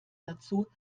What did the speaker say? dazu